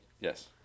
yes